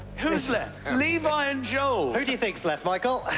who's left? levi and joel. who do you think's left, michael?